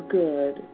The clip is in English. good